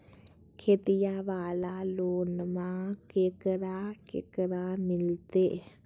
खेतिया वाला लोनमा केकरा केकरा मिलते?